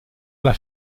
alla